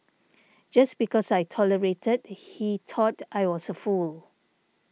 just because I tolerated he thought I was a fool